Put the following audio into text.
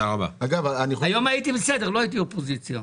היום הייתי בסדר, לא הייתי אופוזיציה.